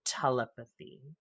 telepathy